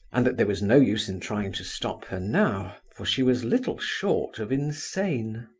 and that there was no use in trying to stop her now for she was little short of insane.